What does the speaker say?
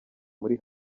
muri